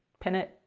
pin it.